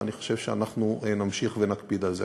ואנחנו נמשיך ונקפיד על זה.